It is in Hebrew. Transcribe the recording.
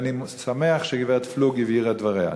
ואני שמח שגברת פלוג הבהירה את דבריה.